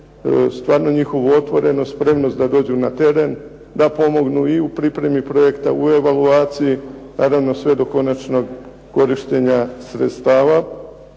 stvarno njihovu otvorenost, spremnost da dođu na teren, da pomognu i u pripremi projekta, u evaluaciji, naravno sve do konačnog korištenja sredstva.